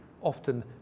often